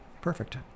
perfect